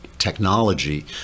Technology